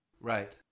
Right